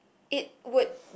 it would